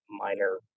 minor